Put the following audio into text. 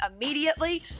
immediately